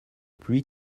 pluie